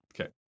Okay